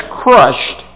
crushed